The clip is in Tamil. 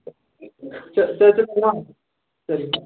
சரி சேரி சேரி வச்சுருட்டுங்களா சரிங்கம்மா